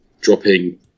dropping